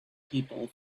people